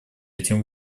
этим